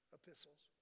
epistles